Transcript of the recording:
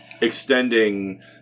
Extending